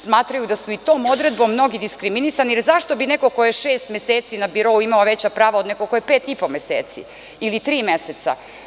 Smatraju da su tom odredbom mnogi diskriminisani jer zašto bi neko ko je šest meseci na birou imao veća prava od nekog ko je pet i po meseci, ili tri meseca?